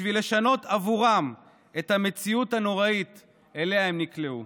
בשביל לשנות עבורם את המציאות הנוראית שאליה הם נקלעו.